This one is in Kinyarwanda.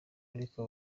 ariko